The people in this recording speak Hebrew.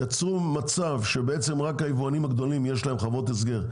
יצרו מצב שבעצם רק היבואנים הגדולים יש להם חברות הסגר,